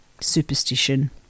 superstition